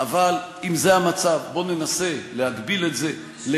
אבל אם זה המצב, בוא ננסה להגביל את זה, את זה.